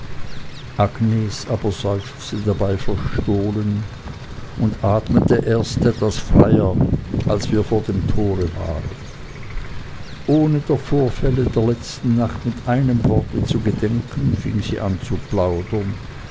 agnes aber seufzte dabei verstohlen und atmete erst etwas freier als wir vor dem tore waren ohne der vorfälle der letzten nacht mit einem worte zu gedenken fing sie an zu plaudern